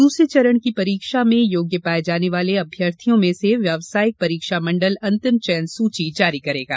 दूसरे चरण की परीक्षा में योग्य पाये जाने वाले अभ्यर्थियों में से व्यवसायिक परीक्षा मंडल अंतिम चयन सूची जारी करेगा